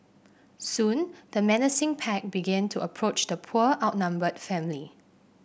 soon the menacing pack began to approach the poor outnumbered family